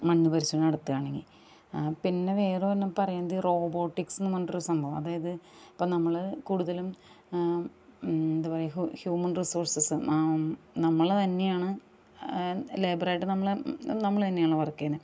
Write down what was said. മണ്ണ് പരിശോധന നടത്തുവാണെങ്കിൽ പിന്നെ വേറെ ഒരെണ്ണം പറയുന്നത് റോബോട്ടിക്സ് എന്ന് പറഞ്ഞിട്ടൊര് സംഭവം അതായത് ഇപ്പം നമ്മൾ കൂടുതലും എന്താ പറയുക ഹ്യൂമ ഹ്യൂമൻ റിസോഴ്സസ്സ് നമ്മള് തന്നെയാണ് ലേബറായിട്ട് നമ്മൾ നമ്മൾ തന്നെയാണല്ലൊ വർക്ക് ചെയ്യുന്നത്